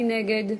מי נגד?